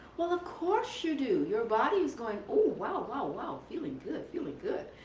well of course you do, your body is going oh wow wow wow feeling good feeling good.